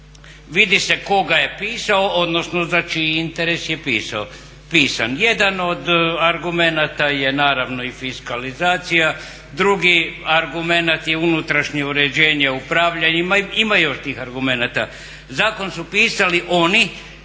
Vidi se tko ga je pisao, odnosno za čiji interes je pisan. Jedan od argumenata je naravno i fiskalizacija, drugi argument je unutrašnje uređenje upravljanja, ima još tih argumenata. Zakon su pisali oni